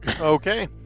Okay